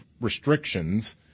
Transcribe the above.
restrictions